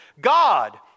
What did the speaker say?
God